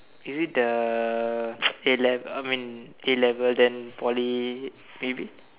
is it the A-le~ I mean A-level then Poly maybe